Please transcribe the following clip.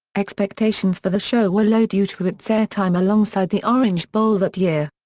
expectations for the show were low due to its airtime alongside the orange bowl that year.